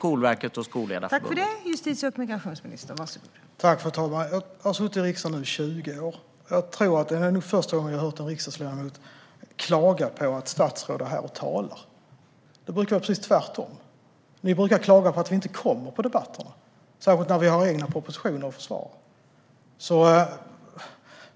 Fru talman! Jag har suttit i riksdagen i 20 år nu, och jag tror att det är första gången jag har hört en riksdagsledamot klaga på att statsråd är här och talar. Det brukar vara precis tvärtom. Man brukar klaga på att vi inte kommer till debatterna, särskilt när vi har egna propositioner att försvara.